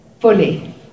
fully